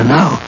Now